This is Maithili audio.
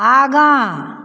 आगाँ